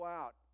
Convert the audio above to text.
out